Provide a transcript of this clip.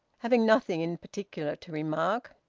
having nothing in particular to remark.